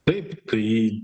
taip kai